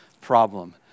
problem